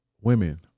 Women